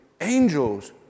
angels